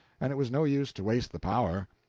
and it was no use to waste the power.